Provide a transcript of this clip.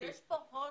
יש פה הון